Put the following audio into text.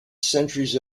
centuries